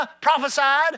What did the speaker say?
prophesied